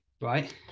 right